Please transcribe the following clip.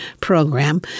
program